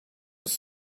with